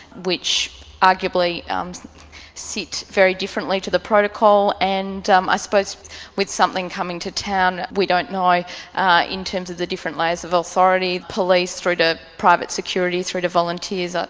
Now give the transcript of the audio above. which arguably um sit very differently to the protocol, and um i suppose with something coming to town we don't know ah in terms of the different layers of authority, police through to private security through to volunteers, ah